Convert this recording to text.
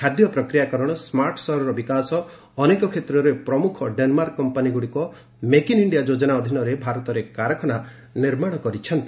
ଖାଦ୍ୟ ପ୍ରକ୍ୟାକରଣ ସ୍ୱାର୍ଟ ସହରର ବିକାଶ ଅନେକ କ୍ଷେତ୍ରରେ ପ୍ରମୁଖ ଡେନମାର୍କ କମ୍ପାନୀଗୁଡ଼ିକ ମେକ୍ ଇନ୍ ଇଣ୍ଡିଆ ଯୋଜନା ଅଧୀନରେ ଭାରତରେ କାରଖାନା ନିର୍ମାଣ କରିଛନ୍ତି